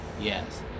Yes